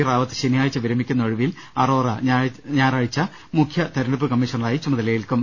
റാവത്ത് ശനി യാഴ്ച വിരമിക്കുന്ന ഒഴിവിൽ അറോറ ഞായറാഴ്ച മുഖ്യ തെരഞ്ഞെടുപ്പ് കമ്മീഷ ണറായി ചുമതലയേൽക്കും